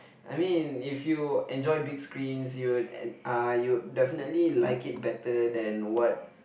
I mean if you enjoy big screens you would uh you'll definitely like it better than what